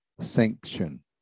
sanction